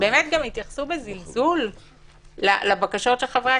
ובאמת גם התייחסו בזלזול לבקשות חברי